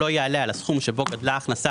לא יעלה על הסכום שבו גדלה ההכנסה